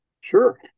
Sure